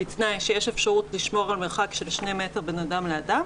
בתנאי שיש אפשרות לשמור על מרחק של שני מטר בין אדם לאדם,